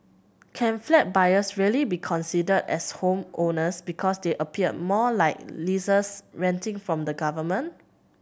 can flat buyers really be considered as homeowners because they appear more like lessees renting from the government